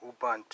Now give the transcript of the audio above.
Ubuntu